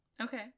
okay